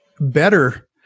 better